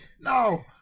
No